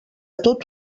tot